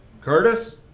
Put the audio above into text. Curtis